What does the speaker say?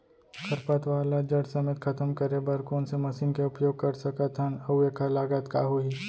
खरपतवार ला जड़ समेत खतम करे बर कोन से मशीन के उपयोग कर सकत हन अऊ एखर लागत का होही?